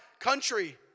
country